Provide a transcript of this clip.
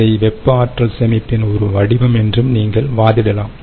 இதை வெப்ப ஆற்றல் சேமிப்பின் ஒரு வடிவம் என்றும் நீங்கள் வாதிடலாம்